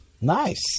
Nice